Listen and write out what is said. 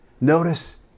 Notice